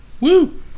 Woo